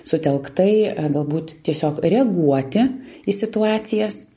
sutelktai galbūt tiesiog reaguoti į situacijas